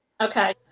Okay